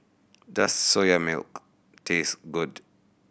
does Soya Milk taste good